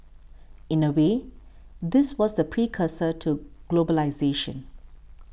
in a way this was the precursor to globalisation